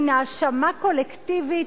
מין האשמה קולקטיבית